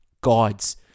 Guides